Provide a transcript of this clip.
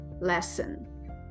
lesson